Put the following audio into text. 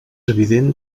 evident